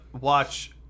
watch